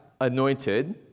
anointed